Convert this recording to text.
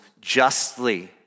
justly